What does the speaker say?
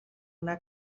una